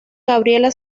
gabriela